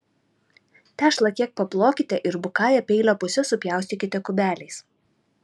tešlą kiek paplokite ir bukąja peilio puse supjaustykite kubeliais